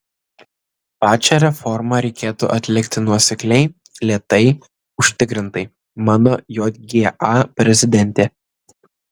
pačią reformą reikėtų atlikti nuosekliai lėtai užtikrintai mano jga prezidentė